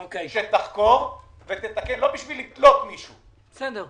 אמרנו שצריך גם ליישם את מסקנות דוח מבקר המדינה